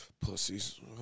Pussies